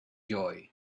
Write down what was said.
joy